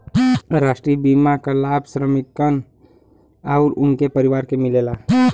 राष्ट्रीय बीमा क लाभ श्रमिकन आउर उनके परिवार के मिलेला